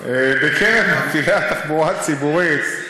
בקרב מפעילי התחבורה הציבורית,